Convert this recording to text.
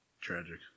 Tragic